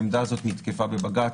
העמדה הזו נתקפה בבג”ץ,